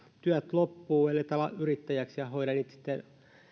työt loppuu ellet ala yrittäjäksi ja hoida niitä sitten